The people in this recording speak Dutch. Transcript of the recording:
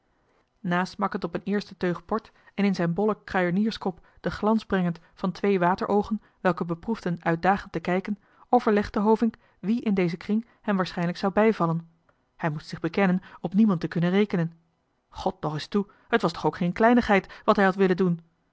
nasmakkend op een eerste teug port en in zijn bollen kruienierskop den glans leggend van twee wateroogen welke beproefden uitdagend te kijken overlegde hovink wie in dezen kring hem waarschijnlijk zou bijvallen en hij moest zich bekennen op niemand te kunnen rekenen god nog es toe het was toch ook geen kleinigheid wat hij had willen doen